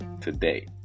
today